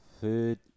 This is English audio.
Food